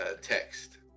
Text